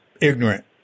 ignorant